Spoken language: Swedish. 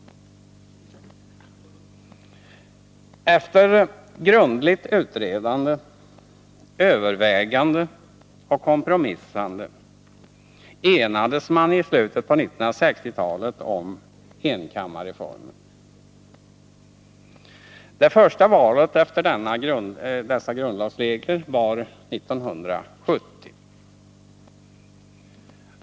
Efter grundligt utredande, övervägande och kompromissande enades man i slutet på 1960-talet om enkammarreformen. Det första valet efter dessa grundlagsregler ägde rum 1970.